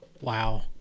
Wow